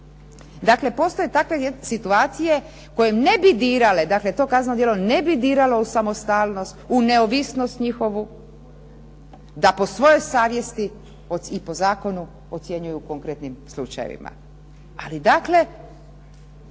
dakle to kazneno djelo ne bi diralo u samostalnost, u neovisnost njihovu, da po svojoj savjesti i po zakonu ocjenjuju konkretnim slučajevima. Ali dakle